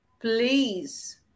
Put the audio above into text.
Please